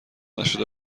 نشده